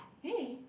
really